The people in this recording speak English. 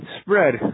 spread